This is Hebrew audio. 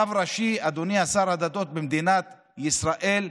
רב ראשי במדינת ישראל,